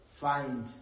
find